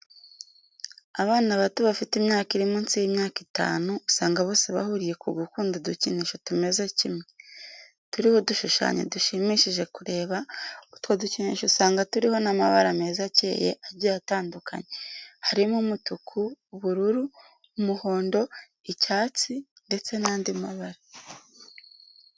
Abana bato bafite imyaka iri munsi y'imyaka itanu, usanga bose bahuriye ku gukunda udukinisho tumeze kimwe, turiho udushushanyo dushimishije kureba, utwo dukinisho usanga turiho n'amabara meza akeye agiye atandukanye, harimo umutuku, ubururu, umuhondo, icyatsi, ndetse n'andi mabara.